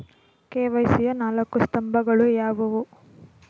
KYC ಯ ನಾಲ್ಕು ಸ್ತಂಭಗಳು ಯಾವುವು?